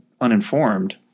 uninformed